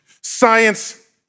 Science